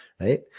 right